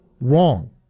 Wrong